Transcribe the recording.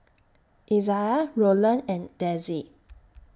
Izaiah Rolland and Dezzie